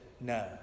no